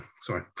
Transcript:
sorry